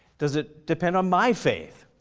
does it depend on my faith?